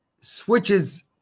switches